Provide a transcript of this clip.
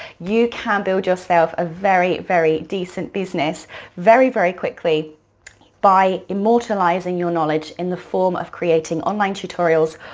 you can build yourself a very, very decent business very, very quickly by immortalizing your knowledge in the form of creating online tutorials,